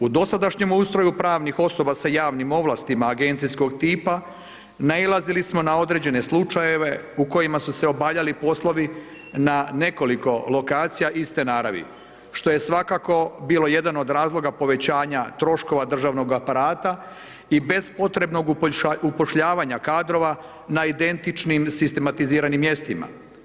U dosadašnjem ustroju pravnih osoba sa javnim ovlastima agencijskog tipa, nailazili smo na određene slučajeve u kojima su se obavljali poslovi na nekoliko lokacija iste naravi, što je svakako bilo jedan od razloga povećanja troškova državnog aparata i bespotrebnog upošljavanja kadrova na identičnim sistematiziranim mjestima.